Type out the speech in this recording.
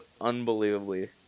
unbelievably